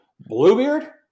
Bluebeard